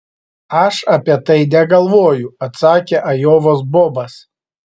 aš apie tai negalvoju atsakė ajovos bobas